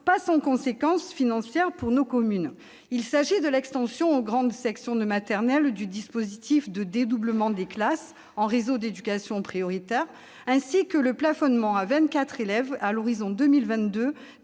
pas sans conséquence financière pour nos communes. Il s'agit de l'extension aux grandes sections de maternelle du dispositif de dédoublement des classes en réseau d'éducation prioritaire, ainsi que du plafonnement à 24 élèves, à l'horizon 2022,